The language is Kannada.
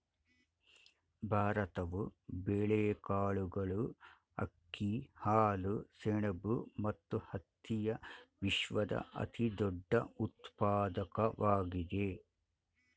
ಭಾರತವು ಬೇಳೆಕಾಳುಗಳು, ಅಕ್ಕಿ, ಹಾಲು, ಸೆಣಬು ಮತ್ತು ಹತ್ತಿಯ ವಿಶ್ವದ ಅತಿದೊಡ್ಡ ಉತ್ಪಾದಕವಾಗಿದೆ